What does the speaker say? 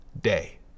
day